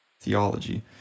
theology